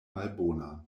malbonan